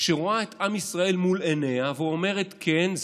שרואה את עם ישראל מול עיניה ואומרת: כן,